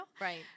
Right